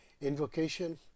invocation